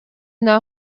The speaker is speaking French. nord